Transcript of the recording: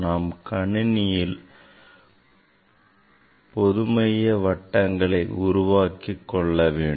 நாம் கணினியில் பொதுமைய வட்டங்களை உருவாக்கிக் கொள்ள வேண்டும்